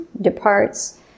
departs